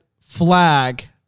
flag